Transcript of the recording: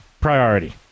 priority